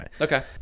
Okay